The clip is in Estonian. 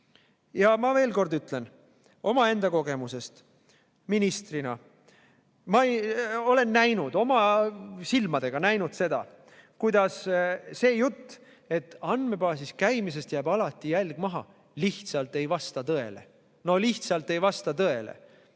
saa? Ma veel kord ütlen omaenda kogemusest ministrina. Ma olen oma silmadega näinud, kuidas see jutt, et andmebaasis käimisest jääb alati jälg maha, lihtsalt ei vasta tõele. No lihtsalt ei vasta tõele!